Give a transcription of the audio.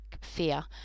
fear